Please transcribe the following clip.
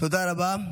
תודה רבה.